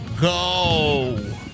go